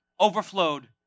overflowed